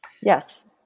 yes